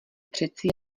přeci